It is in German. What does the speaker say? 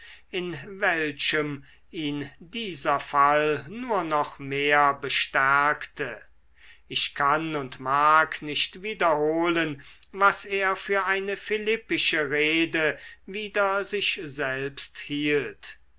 in welchem ihn dieser fall nur noch mehr bestärkte ich kann und mag nicht wiederholen was er für eine philippische rede wider sich selbst hielt